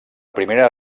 primera